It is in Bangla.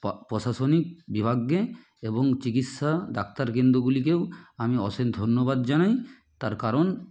প্রশাসনিক বিভাগকে এবং চিকিৎসা ডাক্তার কেন্দ্রগুলিকেও আমি অশেষ ধন্যবাদ জানাই তার কারণ